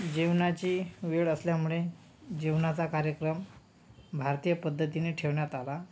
जेवणाची वेळ असल्यामुळे जेवणाचा कार्यक्रम भारतीय पद्धतीने ठेवण्यात आला